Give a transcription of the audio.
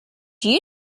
you